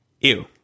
Ew